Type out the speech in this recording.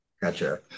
Gotcha